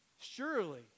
Surely